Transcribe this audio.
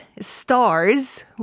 stars